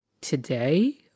today